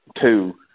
two